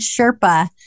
Sherpa